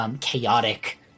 Chaotic